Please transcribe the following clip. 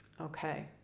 Okay